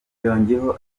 yongeyeho